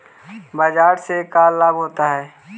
बाजार से का लाभ होता है?